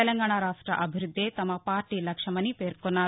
తెలంగాణ రాష్ట అభివృద్ధే తమ పార్టీ లక్ష్యమని అన్నారు